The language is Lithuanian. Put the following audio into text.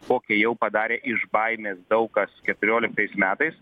kokią jau padarė iš baimės daug kas keturioliktais metais